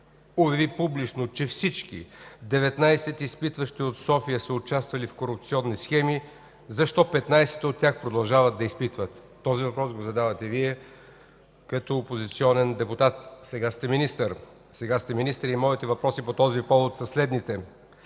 обяви публично, че всички 19 изпитващи от София са участвали в корупционни схеми, защо 15 от тях продължават да изпитват?“ Този въпрос го задавате Вие като опозиционен депутат. Сега сте министър. Моите въпроси по този повод са следните: